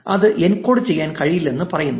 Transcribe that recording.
അത് എൻകോഡ് ചെയ്യാൻ കഴിയില്ലെന്ന് പറയുന്നു